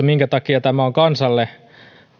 minkä takia tämä on kansalle